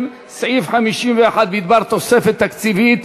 בדבר תוספת תקציבית,